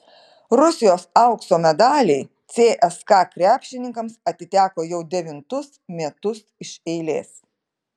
rusijos aukso medaliai cska krepšininkams atiteko jau devintus metus iš eilės